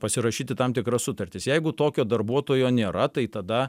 pasirašyti tam tikras sutartis jeigu tokio darbuotojo nėra tai tada